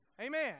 Amen